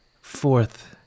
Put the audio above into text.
fourth